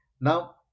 Now